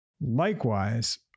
Likewise